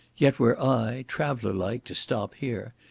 yet were i, traveller-like, to stop here,